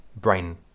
brain